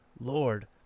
Lord